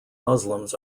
muslims